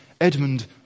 Edmund